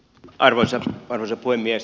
arvoisa puhemies